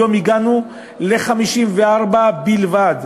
היום הגענו ל-54 בלבד.